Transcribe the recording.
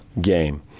game